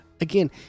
again